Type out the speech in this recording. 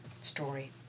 story